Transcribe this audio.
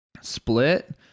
split